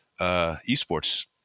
esports